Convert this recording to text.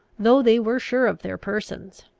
though they were sure of their persons.